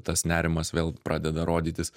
tas nerimas vėl pradeda rodytis